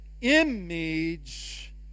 image